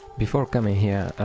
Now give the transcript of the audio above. before coming here